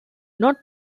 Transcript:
not